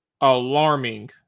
alarming